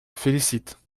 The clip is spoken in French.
félicite